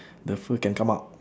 the fur can come out